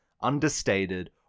understated